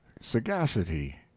sagacity